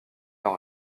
leur